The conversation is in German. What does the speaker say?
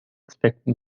aspekten